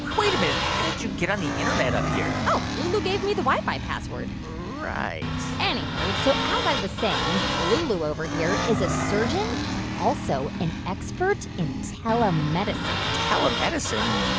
wait a minute. how did you get on the internet up here? oh, lulu gave me the wi-fi password right. anywho, so as i was saying, lulu over here is a surgeon but also an expert in telemedicine telemedicine?